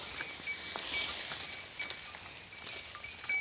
ಕಬ್ಬಿನ ಬೆಳೆ ತೆಗೆಯಲು ತುಂತುರು ನೇರಾವರಿ ಉಪಯೋಗ ಆಕ್ಕೆತ್ತಿ?